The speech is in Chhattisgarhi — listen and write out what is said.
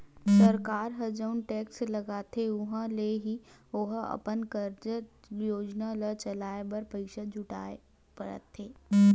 सरकार ह जउन टेक्स लगाथे उहाँ ले ही ओहा अपन कारज योजना ल चलाय बर पइसा जुटाय पाथे